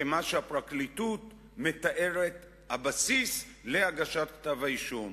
מה שהפרקליטות מתארת כבסיס להגשת כתב האישום.